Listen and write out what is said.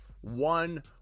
one